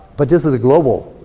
but this is a global,